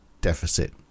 deficit